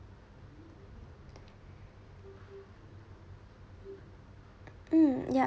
mm ya